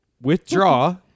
Withdraw